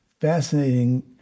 fascinating